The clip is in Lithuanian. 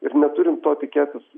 ir neturim to tikėtis